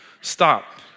stop